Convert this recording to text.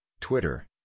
Twitter